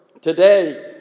today